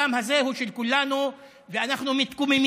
הדם הזה הוא של כולנו, ואנחנו מתקוממים.